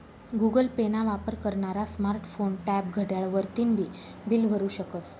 Google pay ना वापर करनारा स्मार्ट फोन, टॅब, घड्याळ वरतीन बी बील भरु शकस